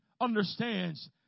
understands